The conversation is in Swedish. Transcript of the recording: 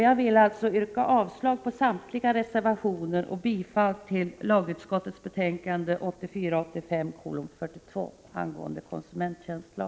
Jag vill yrka avslag på samtliga reservationer och bifall till hemställan i lagutskottets betänkande 1984/85:42 om konsumenttjänstlag.